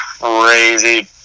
crazy